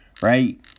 right